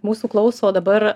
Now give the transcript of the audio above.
mūsų klauso dabar